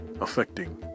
affecting